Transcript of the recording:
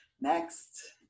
next